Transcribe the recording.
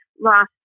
last